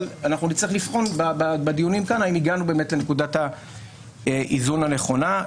אבל נצטרך לבחון בדיונים כאן אם הגענו לנקודת האיזון הנכונה.